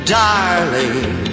darling